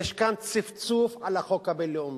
יש כאן צפצוף על החוק הבין-לאומי.